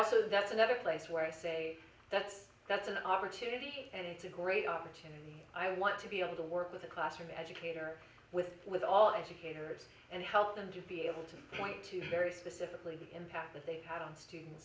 also that's another place where i say that's that's an opportunity and it's a great opportunity i want to be able to work with a classroom educator with with all our educators and help them to be able to point to very specifically the impact that they had on students